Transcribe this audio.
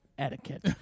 etiquette